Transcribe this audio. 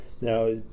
Now